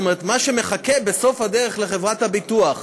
זאת אומרת מה שמחכה בסוף הדרך לחברת הביטוח,